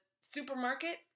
supermarket